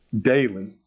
daily